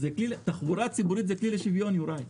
יוראי, תחבורה ציבורית היא כלי לשוויון.